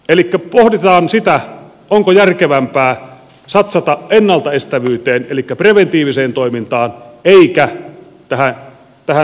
pohditaan siis sitä onko järkevämpää satsata ennaltaestävyyteen elikkä preventiiviseen toimintaan eikä tähän niin sanottuun saattohoitoon